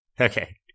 Okay